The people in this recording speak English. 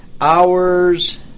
hours